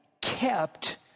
kept